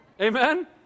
Amen